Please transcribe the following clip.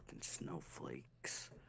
snowflakes